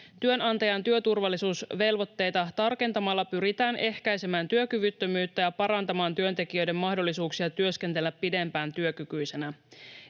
Työnantajan työturvallisuusvelvoitteita tarkentamalla pyritään ehkäisemään työkyvyttömyyttä ja parantamaan työntekijöiden mahdollisuuksia työskennellä pidempään työkykyisenä.